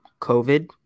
COVID